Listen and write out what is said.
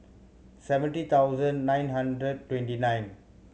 seventy thousand nine hundred twenty nine